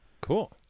Cool